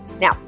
Now